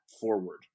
forward